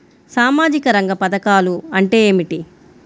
సామాజిక రంగ పధకాలు అంటే ఏమిటీ?